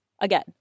Again